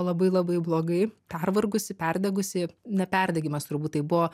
labai labai blogai pervargusi perdegusi ne perdegimas turbūt tai buvo